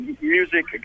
music